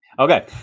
Okay